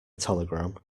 telegram